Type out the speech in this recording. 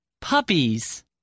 Puppies